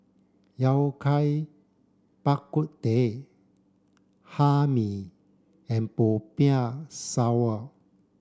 Yao Cai Bak Kut Teh Hae Mee and Popiah Sayur